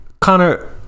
connor